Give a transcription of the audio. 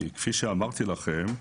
כפי שאמרתי לכם,